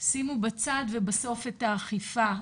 שימו בצד ובסוף את האכיפה,